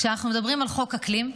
כשאנחנו מדברים על חוק אקלים,